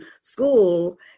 school